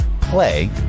play